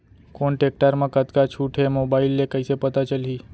कोन टेकटर म कतका छूट हे, मोबाईल ले कइसे पता चलही?